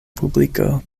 publiko